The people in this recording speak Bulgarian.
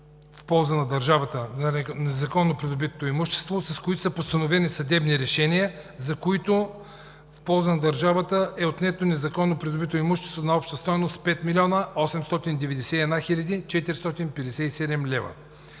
в полза на държавата е отнето незаконно придобито имущество на обща стойност 5 млн. 891 хил. 457 лв.